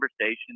conversation